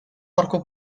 parco